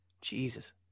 Jesus